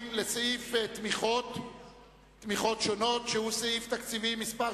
לסעיף תמיכות שונות שהוא סעיף תקציבי מס'